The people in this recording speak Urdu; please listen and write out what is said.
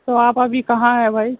تو آپ ابھی کہاں ہے بھائی